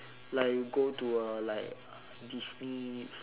like you go to uh like disney